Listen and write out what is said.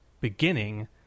beginning